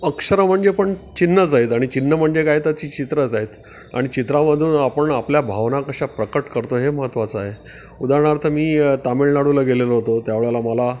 अक्षरं म्हणजे पण चिन्हंच आहेत आणि चिन्ह म्हणजे काय तर ती चित्रंच आहेत आणि चित्रामधून आपण आपल्या भावना कशा प्रकट करतो हे महत्त्वाचं आहे उदारणार्थ मी तामिळनाडूला गेलेलो होतो त्या वेळेला मला